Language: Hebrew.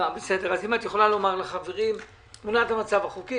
את יכולה לומר לחברים מה תמונת המצב החוקית,